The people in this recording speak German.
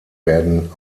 werden